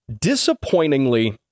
disappointingly